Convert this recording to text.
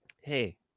Hey